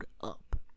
up